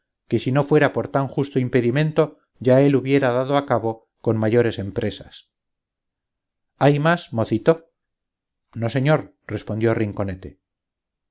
que si no fuera por tan justo impedimento ya él hubiera dado al cabo con mayores empresas hay más mocito no señor respondió rinconete